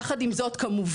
יחד עם זאת כמובן,